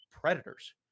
predators